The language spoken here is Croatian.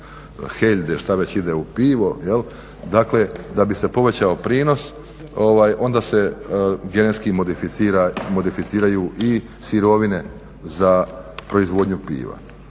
hmelj ili što već ide u pivo, dakle da bi se povećao prijenos, onda se genetski modificiraju i sirovine za proizvodnju piva.